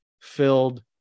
filled